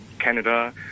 Canada